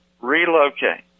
Relocate